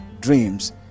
dreams